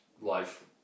life